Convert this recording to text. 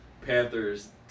Panthers